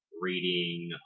reading